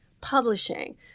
publishing